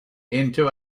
into